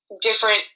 different